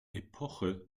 epoche